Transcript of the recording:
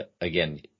again